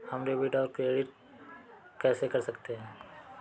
हम डेबिटऔर क्रेडिट कैसे कर सकते हैं?